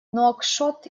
нуакшот